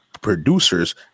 producers